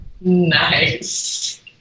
Nice